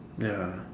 ya